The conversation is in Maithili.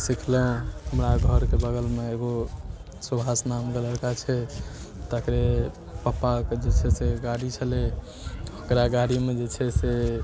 सिखलहुँ हमरा घरके बगलमे एगो सुभाष नामके लड़का छै तकरे पप्पाके जे छै से गाड़ी छलै ओकरा गाड़ीमे जे छै से